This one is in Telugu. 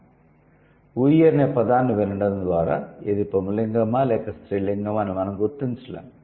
'వుయ్' అనే పదాన్ని వినడం ద్వారా ఇది పుంలింగమా లేక స్త్రీలింగమా అని మనం గుర్తించలేము